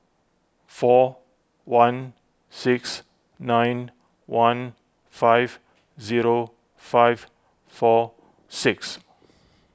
four one six nine one five zero five four six